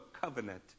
covenant